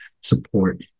support